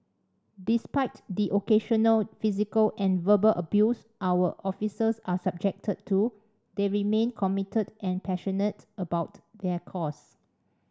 despite the occasional physical and verbal abuse our officers are subjected to they remain committed and passionate about their cause